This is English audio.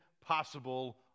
possible